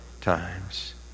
times